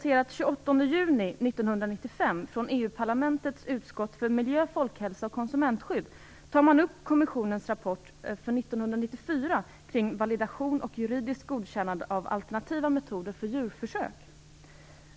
EU-parlamentets utskott för miljö, folkhälsa och konsumentskydd tar man upp kommissionens rapport för 1994 kring validation och juridiskt godkännande av alternativa metoder för djurförsök.